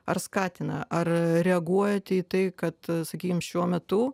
ar skatina ar reaguojate į tai kad sakykim šiuo metu